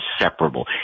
inseparable